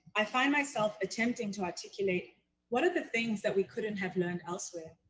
i find myself attempting to articulate what are the things that we couldn't have learned elsewhere?